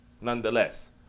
nonetheless